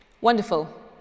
Wonderful